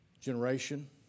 Generation